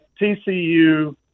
TCU